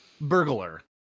burglar